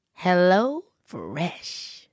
HelloFresh